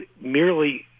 merely